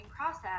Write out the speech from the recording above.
process